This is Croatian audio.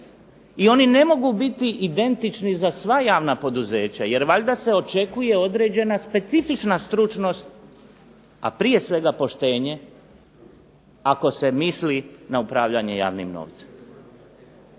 i oni ne mogu biti identični za sva javna poduzeća jer valjda se očekuje određena specifična stručnost, a prije svega poštenje ako se misli na upravljanje javnim novcem.